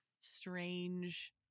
strange